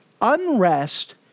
unrest